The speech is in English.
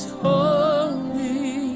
holy